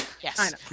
Yes